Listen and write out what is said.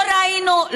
לא ראינו,